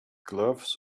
gloves